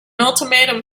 ultimatum